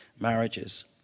marriages